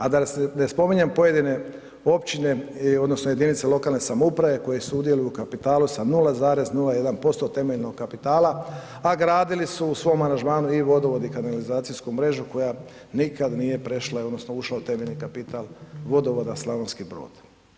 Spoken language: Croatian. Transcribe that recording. A da ne spominjem pojedine općine odnosno jedinice lokalne samouprave koje sudjeluju u kapitalu sa 0,01% temeljnog kapitala, a gradili su u svom aranžmanu i vodovod i kanalizacijsku mrežu koja nikad nije prešla odnosno ušla u temeljni kapital Vodovoda Slavonski Brod.